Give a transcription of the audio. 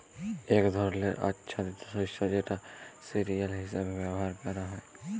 এক ধরলের আচ্ছাদিত শস্য যেটা সিরিয়াল হিসেবে ব্যবহার ক্যরা হ্যয়